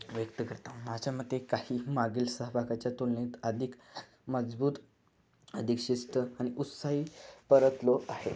व्यक्त करता माझ्या मते काही मागील सहभागाच्या तुलनेत अधिक मजबूत अधिक शिस्त आणि उत्साही परतलो आहेत